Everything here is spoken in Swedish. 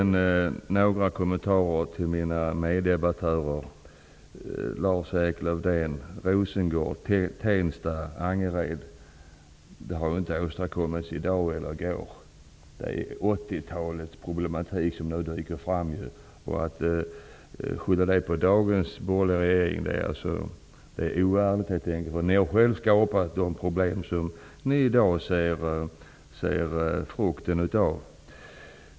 Några kommentarer till mina meddebattörer, Lars Problemen där har väl inte åstadkommits i dag eller i går. Det är 1980-talets problematik som nu dyker upp. Att skylla det på dagens borgerliga regering är helt enkelt oärligt. Ni har själv skapat de problem som ni i dag ser frukten av.